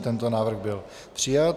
Tento návrh byl přijat.